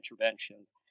interventions